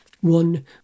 One